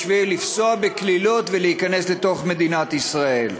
לפסוע בקלילות ולהיכנס לתוך מדינת ישראל.